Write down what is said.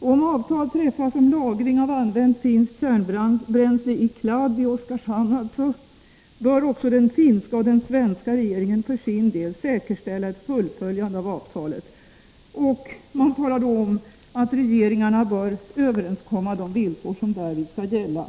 Om avtal träffas om lagring av använt finskt kärnbränsle i CLAB, i Oskarshamn alltså, bör också den finska och den svenska regeringen för sin del säkerställa ett fullföljande av avtalet, och man talar om att regeringarna bör överenskomma de villkor som därvid skall gälla.